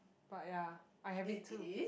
but ya I have it too